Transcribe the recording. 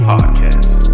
Podcast